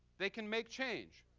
they can make change.